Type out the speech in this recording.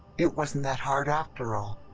it wasn't that hard after all.